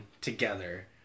together